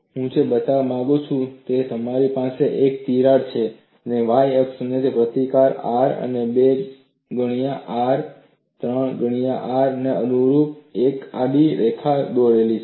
હું જે બતાવવા માંગુ છું તે એ છે કે મારી પાસે એક તિરાડ છે અને y અક્ષ પર મેં પ્રતિકાર R અને 2 ગણા R અને 3 ગણા Rને અનુરૂપ એક આડી રેખા દોરેલી છે